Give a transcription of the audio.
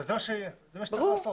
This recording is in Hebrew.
זה מה שצריך לעשות.